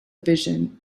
vision